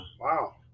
wow